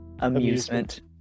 Amusement